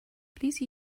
please